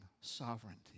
sovereignty